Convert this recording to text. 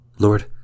Lord